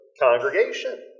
congregation